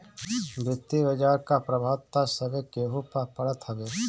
वित्तीय बाजार कअ प्रभाव तअ सभे केहू पअ पड़त हवे